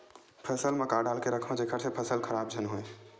फसल म का डाल के रखव जेखर से फसल खराब झन हो?